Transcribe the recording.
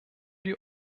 die